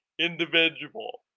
Individual